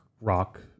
rock